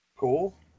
cool